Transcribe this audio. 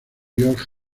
york